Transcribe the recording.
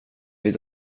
vid